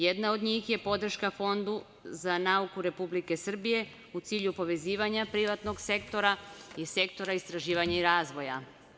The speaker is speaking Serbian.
Jedna od njih je podrška Fondu za nauku Republike Srbije u cilju povezivanja privatnog sektora i sektora istraživanja i razvoja.